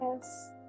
Yes